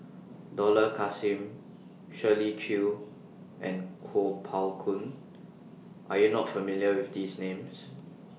Dollah Kassim Shirley Chew and Kuo Pao Kun Are YOU not familiar with These Names